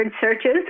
searches